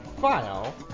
file